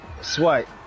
Swipe